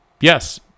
yes